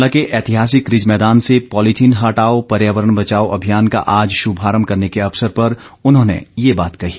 शिमला के ऐतिहासिक रिज मैदान से पॉलिथीन हटाओ पर्यावरण बचाओ अभियान का आज शुभारंभ करने के अवसर पर उन्होंने ये बात कही